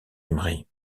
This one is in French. emery